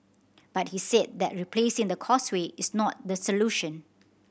but he said that replacing the Causeway is not the solution